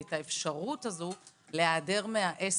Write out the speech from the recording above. את האפשרות הזאת להיעדר מהעסק.